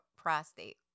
Prostate